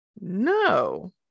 no